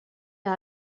las